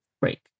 break